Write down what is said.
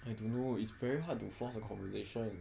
I don't know it's very hard to force a conversation